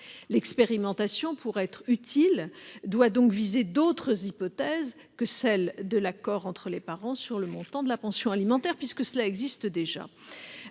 L'expérimentation, pour être utile, doit donc viser d'autres hypothèses que celle de l'accord entre les parents sur le montant de la pension alimentaire. Afin de permettre une